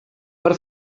per